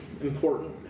Important